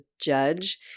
judge